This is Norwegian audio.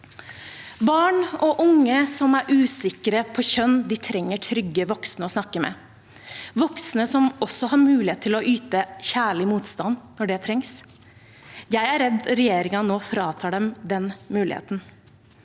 Barn og unge som er usikre på kjønn, trenger trygge voksne å snakke med, voksne som også har mulighet til å yte kjærlig motstand når det trengs. Jeg er redd regjeringen nå fratar dem den muligheten.